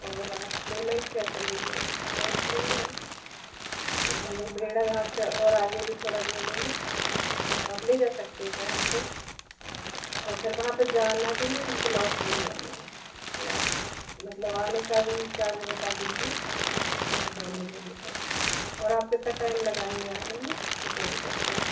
और आप पेमेंट कैसे लेंगे कैश लेंगे या और हम लोग भेड़ाघाट से और आगे भी थोड़ा घूमेंगे आप ले जा सकते हैं क्या हम को और फिर वहाँ पर जाना भी नहीं वहाँ से हम को लौट के भी आना है मतलब आने का भी चार्ज बता दीजिए दोनों जगह का और आप कितना टाइम लगाएगे आने में तो वो भी बता दीजिए